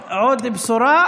כמו שאמר קודם חבר הכנסת יעקב